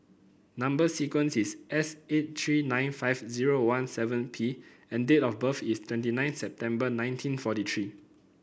number sequence is S eight three nine five zero one seven P and date of birth is twenty nine September nineteen forty three